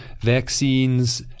vaccines